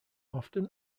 often